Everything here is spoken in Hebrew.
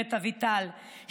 אומרת אביטל,